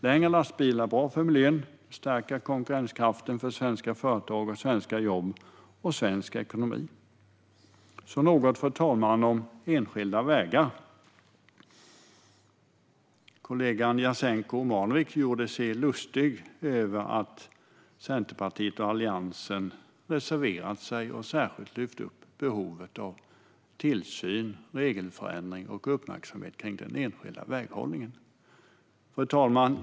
Längre lastbilar är bra för miljön och stärker konkurrenskraften för svenska företag, jobb och ekonomi. Fru talman! Låt mig säga något om enskilda vägar. Kollegan Jasenko Omanovic gjorde sig lustig över att Centerpartiet och Alliansen reserverat sig och särskilt lyft upp behovet av tillsyn över, regelförändring av och uppmärksamhet på den enskilda väghållningen. Fru talman!